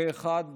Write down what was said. פה אחד,